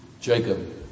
Jacob